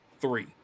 three